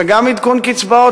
וגם עדכון קצבאות,